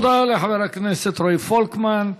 תודה לחבר הכנסת רועי פולקמן.